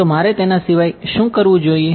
તો મારે તેના સિવાય શું કરવું જોઈએ